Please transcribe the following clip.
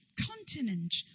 Continent